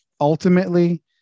Ultimately